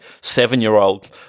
seven-year-old